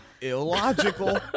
Illogical